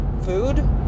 food